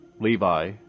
Levi